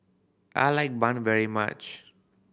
I like bun very much